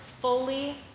fully